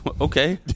Okay